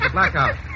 Blackout